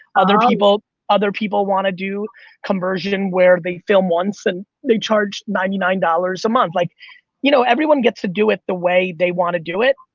other people other people wanna do conversion, where they film once and they charge ninety nine dollars a month. like you know everyone gets to do it the way they wanna do it.